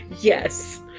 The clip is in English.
Yes